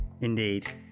indeed